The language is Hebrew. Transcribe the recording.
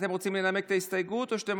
אתם רוצים לנמק את ההסתייגות או שאתם